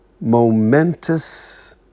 momentous